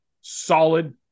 Solid